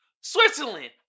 Switzerland